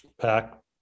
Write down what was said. pack